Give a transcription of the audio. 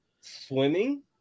Swimming